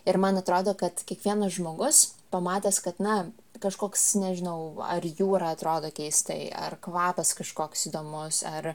ir man atrodo kad kiekvienas žmogus pamatęs kad na kažkoks nežinau ar jūra atrodo keistai ar kvapas kažkoks įdomus ar